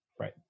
Right